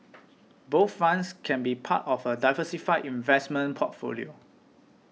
bond funds can be part of a diversified investment portfolio